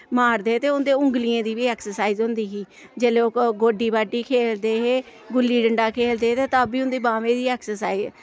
मारदे हे ते उं'दे औंगलियें दी बी एक्सरसाइज होंदी ही जेल्ले ओह् कोड्डी बाड्डी खेलदे हे ते गुल्ली डंडा खेलदे हे ते तां बी उं'दी बाह्में दी एक्सरसाइज